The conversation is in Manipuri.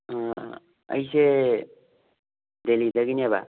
ꯑꯩꯁꯦ ꯗꯦꯜꯂꯤꯗꯒꯤꯅꯦꯕ